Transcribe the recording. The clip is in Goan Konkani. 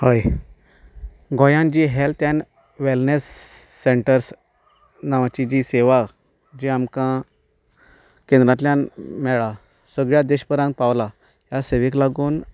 हय गोंयांत जी हॅल्थ एन वेलनस सेंटरर्स नावांची जी सेवा जी आमकां केंद्रांतल्यान मेळ्ळा सगळ्यां देशभरांक पावलां ह्या सेवेक लागून